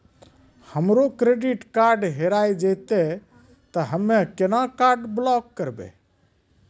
हमरो credit card हेरा जेतै ते हम्मय केना कार्ड ब्लॉक करबै?